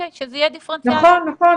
נכון.